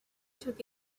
took